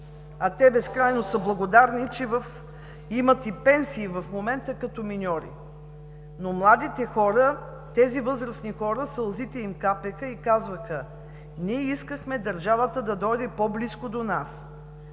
А те безкрайно са благодарни, че имат и пенсии в момента като миньори. На тези възрастни хора сълзите им капеха и казваха: „Ние искахме държавата да дойде по-близко до нас.